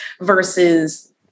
versus